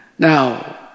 Now